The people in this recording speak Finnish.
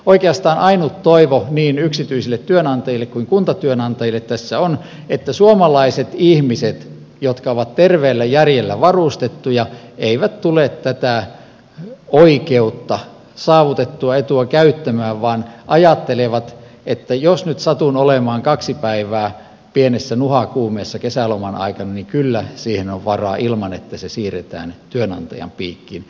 oikeastaan ainut toivo niin yksityisille työnantajille kuin kuntatyönantajille tässä on että suomalaiset ihmiset jotka ovat terveellä järjellä varustettuja eivät tule tätä oikeutta saavutettua etua käyttämään vaan ajattelevat että jos nyt satun olemaan kaksi päivää pienessä nuhakuumeessa kesäloman aikana niin kyllä siihen on varaa ilman että se siirretään työnantajan piikkiin